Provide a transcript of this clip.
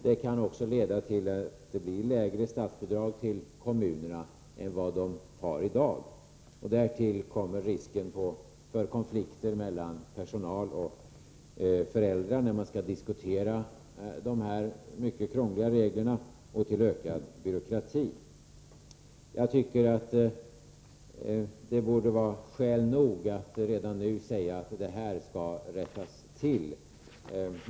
Det kan också leda till att det blir lägre statsbidrag till kommunerna än vad de har i dag. Därtill kommer risken för konflikter mellan personal och föräldrar när man skall diskutera dessa mycket krångliga regler och risken för ökad byråkrati. Jag tycker att detta borde vara skäl nog att redan nu säga att det skall rättas till.